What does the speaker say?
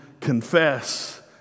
confess